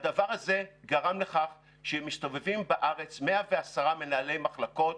והדבר הזה גרם לכך שמסתובבים בארץ 110 מנהלי מחלקות,